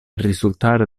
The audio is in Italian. risultare